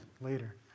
later